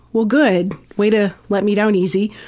well good, way to let me down easy.